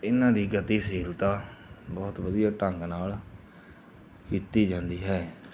ਇਹਨਾਂ ਦੀ ਗਤੀਸ਼ੀਲਤਾ ਬਹੁਤ ਵਧੀਆ ਢੰਗ ਨਾਲ ਕੀਤੀ ਜਾਂਦੀ ਹੈ